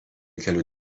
kelių